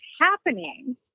happening